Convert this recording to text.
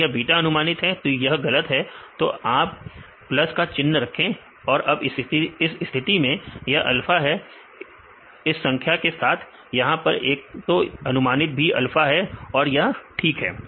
अगर यह बीटा अनुमानित है तो यह गलत है तो आप प्लस का चिन्ह रखें अब इस स्थिति में यह अल्फा है इस संख्या के साथ यहां पर एक है तो अनुमानित भी अल्फा है तो यह ठीक है